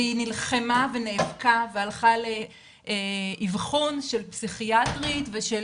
והיא נלחמה ונאבקה והלכה לאבחון של פסיכיאטרית ושל